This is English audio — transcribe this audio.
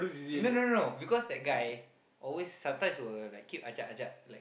no no no no because that guy always sometimes will like keep ajak ajak